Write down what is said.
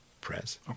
Press